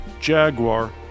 Jaguar